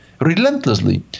relentlessly